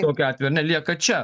tokiu atveju ar ne lieka čia